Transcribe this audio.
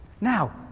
Now